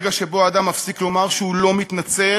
הרגע שבו אדם מפסיק לומר שהוא לא מתנצל